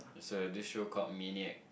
it's a disc show cop medium